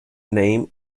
name